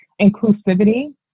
inclusivity